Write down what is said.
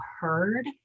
heard